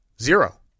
Zero